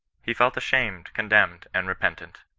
he felt ashamed, condemned, and repentant.